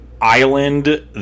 Island